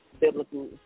biblical